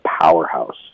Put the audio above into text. powerhouse